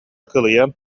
кылыйан